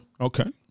Okay